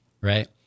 right